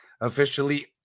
officially